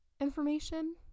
information